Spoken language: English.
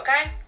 Okay